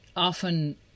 Often